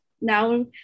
now